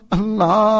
Allah